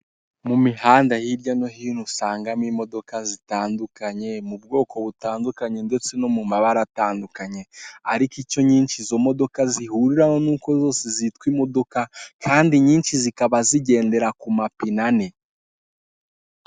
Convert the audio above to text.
Mumihanda hirya no hino usangamo imodoka zitandukanye mubwoko butandukanye ndetse no mumabara atandukanye ariko icyo nyishi zihuriraho nuko zose zitwa imodoka kandi inyishi zikaba zigendera ku mapine ane.